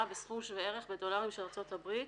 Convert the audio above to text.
בסכום שווה ערך בדולרים של ארצות הברית,